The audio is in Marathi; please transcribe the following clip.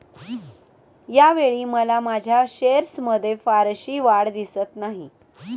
यावेळी मला माझ्या शेअर्समध्ये फारशी वाढ दिसत नाही